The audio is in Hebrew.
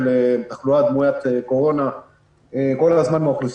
של תחלואה דמוית קורונה מהאוכלוסייה,